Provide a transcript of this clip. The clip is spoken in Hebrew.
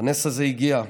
הנס הזה הגיע.